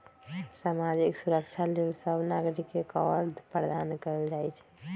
सामाजिक सुरक्षा लेल सभ नागरिक के कवर प्रदान कएल जाइ छइ